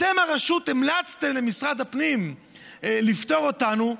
אתם, הרשות, המלצתם למשרד הפנים לפטור אותנו.